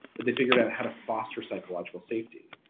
but they figured out how to foster psychological safety.